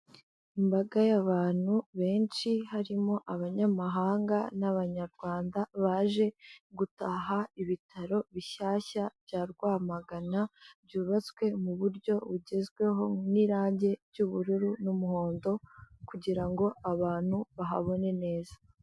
Imbaga y'abantu benshi harimo abanyamahanga n'abanyarwanda, baje gutaha ibitaro bishyashya bya Rwamagana, byubatswe mu buryo bugezweho n'irangi ry'ubururu n'umuhondo kugira ngo abantu bahabone neza.